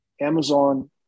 Amazon